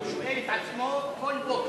הוא שואל את עצמו כל בוקר.